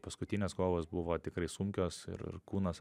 paskutinės kovos buvo tikrai sunkios ir ir kūnas